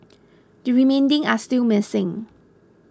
the remaining are still missing